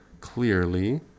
clearly